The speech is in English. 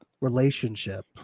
relationship